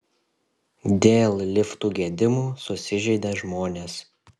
dėl liftų gedimų susižeidė žmonės